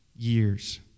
years